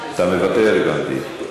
אתה מוותר, הבנתי.